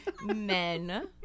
Men